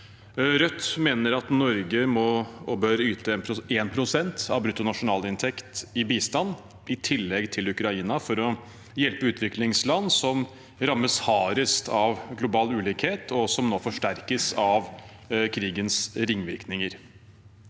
Rødt mener at Norge må og bør yte 1 pst. av bruttonasjonalinntekt i bistand, i tillegg til bidraget til Ukraina, for å hjelpe utviklingsland som rammes hardest av global ulikhet, noe som nå forsterkes av krigens ringvirkninger.